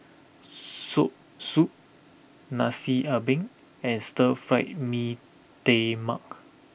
Soursop Nasi Ambeng and Stir Fry Mee Tai Mak